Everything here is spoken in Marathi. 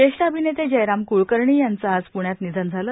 ज्येष्ठ अभिनेते जयराम क्लकर्णी यांचं आज पुण्यात निधन झालं